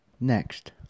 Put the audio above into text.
Next